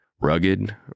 Rugged